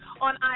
on